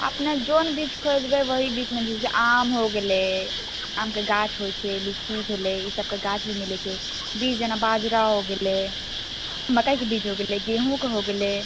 अपने जौन बीज खोजबै वही बीज मिल जेतै आम हो गेलै आमके गाछ होइ छै लीची होलै इसबके गाछ भी मिलै छै बीज जेना बाजरा हो गेलै मक्कइके बीज हो गेलै गेंहूॅंके हो गेलै